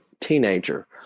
teenager